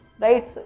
right